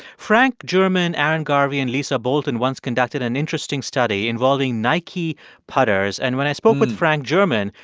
frank germann, aaron garvey and lisa bolton once conducted an interesting study involving nike putters. and when i spoke with frank germann,